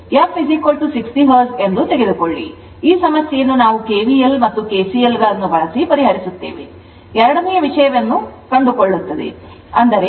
f 60 Hz ಎಂದು ತೆಗೆದುಕೊಳ್ಳಿ ಈ ಸಮಸ್ಯೆಯನ್ನು ನಾವು KVLKCL ಬಳಸಿ ಪರಿಹರಿಸುತ್ತೇವೆ